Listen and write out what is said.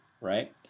right